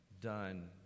done